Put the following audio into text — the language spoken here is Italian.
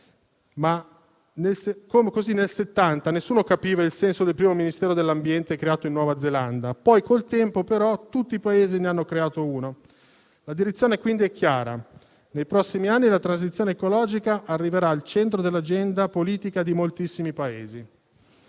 anni Settanta nessuno capiva il senso del Ministero dell'ambiente creato in Nuova Zelanda; poi col tempo però tutti i Paesi ne hanno istituito uno. La direzione, quindi, è chiara: nei prossimi anni la transizione ecologica arriverà al centro dell'agenda politica di moltissimi Paesi.